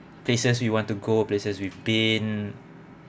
places we want to go places we've been